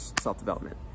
self-development